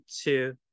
two